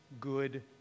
good